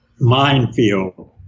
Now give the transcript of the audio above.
minefield